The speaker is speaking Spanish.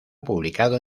publicado